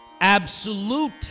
absolute